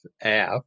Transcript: app